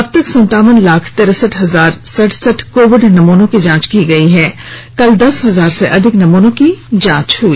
अबतक संतावन लाख तिरसठ हजार सरसठ कोविड नमूनों की जांच की गई है कल दस हजार से अधिक नमूनों की जांच की गई